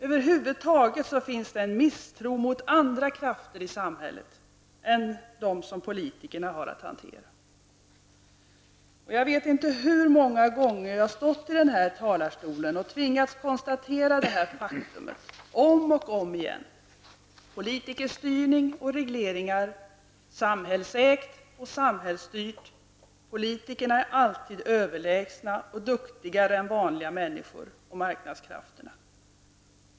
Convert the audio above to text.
Över huvud taget finns det en misstro mot andra krafter i samhället än de som politikerna har att hantera. Jag vet inte hur många gånger jag har stått i denna talarstol och tvingats konstatera detta faktum, om och om igen. Politikerstyrning och regleringar, samhällsägt och samhällsstyrt. Politikerna är alltid överlägsna och duktigare än vanliga människor och marknadskrafterna.